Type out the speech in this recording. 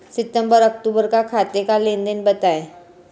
सितंबर अक्तूबर का खाते का लेनदेन बताएं